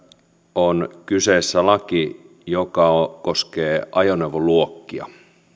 on kyseessä laki joka koskee ajoneuvoluokkia